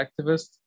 activist